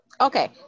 Okay